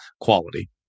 quality